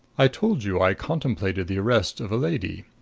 i told you i contemplated the arrest of a lady.